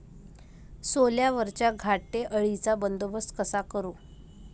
सोल्यावरच्या घाटे अळीचा बंदोबस्त कसा करू?